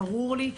ברור לי,